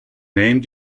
name